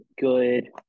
good